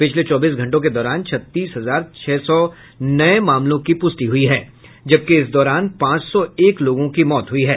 पिछले चौबीस घंटों के दौरान छत्तीस हजार छह सौ नए मामलों की पुष्टि हुई है जबकि इस दौरान पांच सौ एक लोगों की मौत हुई है